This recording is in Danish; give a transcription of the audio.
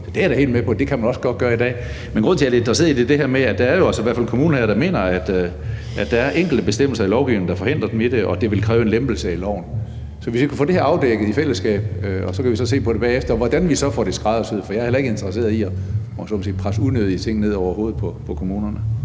det er jeg da helt med på, at man også skal kunne gøre i dag. Men grunden til, at jeg er lidt interesseret i det, er, at der jo i hvert fald er kommuner, der mener, at der er enkelte bestemmelser i lovgivningen, der forhindrer dem i det, og at det vil kræve en lempelse i lovgivningen. Så hvis vi kan få det her afdækket i fællesskab, kan vi bagefter se på, hvordan vi får det skræddersyet, for jeg er heller ikke interesseret i, om jeg så må sige, at presse unødige ting ned over hovedet på kommunerne.